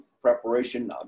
preparation